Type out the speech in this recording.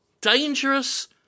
dangerous